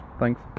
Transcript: thanks